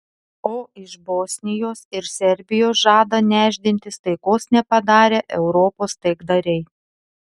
o iš bosnijos ir serbijos žada nešdintis taikos nepadarę europos taikdariai